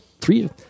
three